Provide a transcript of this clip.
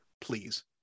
Please